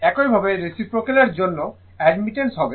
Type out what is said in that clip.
একইভাবে রেসিপ্রোক্যাল জন্য অ্যাডমিটেন্স হবে